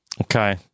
Okay